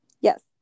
Yes